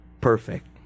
perfect